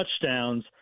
touchdowns